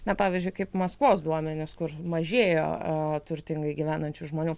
na pavyzdžiui kaip maskvos duomenys kur mažėjo a turtingai gyvenančių žmonių